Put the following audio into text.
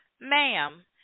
ma'am